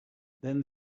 then